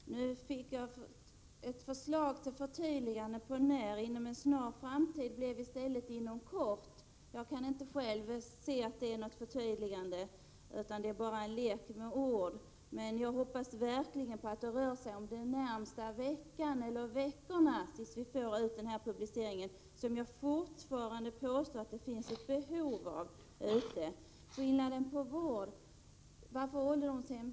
Herr talman! Nu fick jag ett förslag till förtydligande av när publiceringen kommer: ”inom kort” blev i stället ”inom en nära framtid”. Jag kan inte se att detta är något förtydligande. Det är bara en lek med ord. Jag hoppas verkligen att vi får denna publicering inom den närmaste veckan eller de närmaste veckorna. Jag påstår fortfarande att det finns ett behov av den. Bostadsministern talade om skillnaden mellan servicebostäder och ålderdomshem.